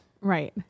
Right